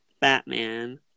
Batman